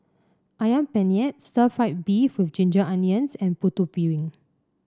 ayam Penyet Stir Fried Beef with Ginger Onions and Putu Piring